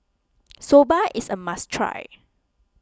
Soba is a must try